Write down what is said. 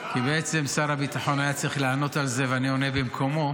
כי בעצם שר הביטחון היה צריך לענות על זה ואני עונה במקומו,